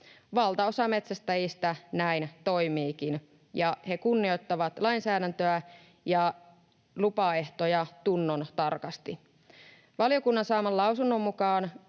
Valtaosa metsästäjistä näin toimiikin, ja he kunnioittavat lainsäädäntöä ja lupaehtoja tunnontarkasti. Valiokunnan saaman lausunnon mukaan